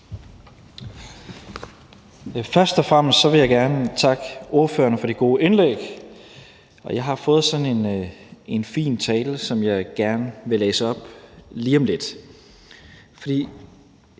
Først og fremmest vil jeg gerne takke ordførerne for de gode indlæg. Jeg har fået en fin tale, som jeg gerne vil læse op lige om lidt,